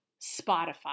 Spotify